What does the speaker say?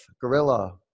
gorilla